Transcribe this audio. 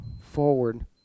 forward